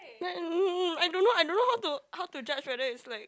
um I don't know I don't know how to how to judge whether it's like